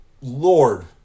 Lord